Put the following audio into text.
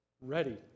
ready